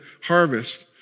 harvest